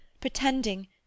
pretending